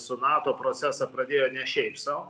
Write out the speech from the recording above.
su nato procesą pradėjo ne šiaip sau